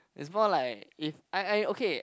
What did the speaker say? is more like if I I okay